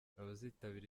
abazitabira